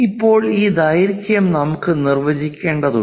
ഇപ്പോൾ ഈ ദൈർഘ്യം നമുക്ക് നിർവചിക്കേണ്ടതുണ്ട്